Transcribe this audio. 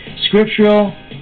Scriptural